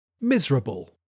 Miserable